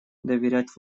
доверять